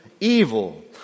evil